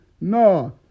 No